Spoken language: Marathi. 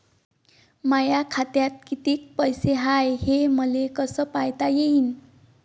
माया खात्यात कितीक पैसे हाय, हे मले कस पायता येईन?